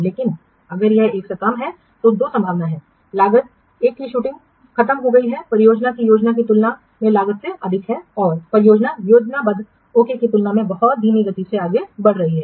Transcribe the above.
लेकिन अगर यह एक से कम है तो दो संभावनाएं होंगी लागत की शूटिंग खत्म हो गई है परियोजना की योजना की तुलना में लागत से अधिक है और परियोजना योजनाबद्ध ओके की तुलना में बहुत धीमी गति से आगे बढ़ रही है